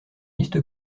liste